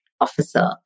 officer